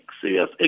serious